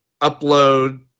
upload